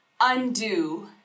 undo